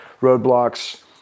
roadblocks